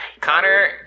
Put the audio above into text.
Connor